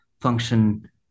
function